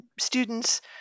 students